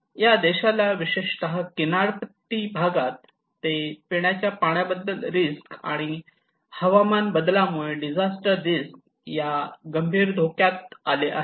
या देशाला विशेषतः किनारपट्टी भागात ते पिण्याच्या पाण्याबद्दल रिस्क आणि हवामान बदलामुळे डिझास्टर रिस्क या गंभीर धोक्यात आले आहेत